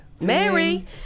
Mary